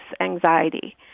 anxiety